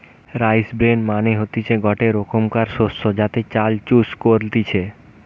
rice bran মানে হতিছে গটে রোকমকার শস্য যাতে চাল চুষ কলতিছে